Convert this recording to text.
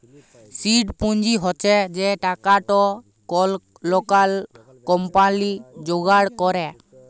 seed পুঁজি হছে সে টাকাট কল লকাল কম্পালি যোগাড় ক্যরে